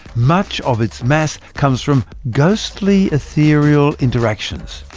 much of its mass comes from ghostly, ethereal interactions.